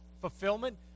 fulfillment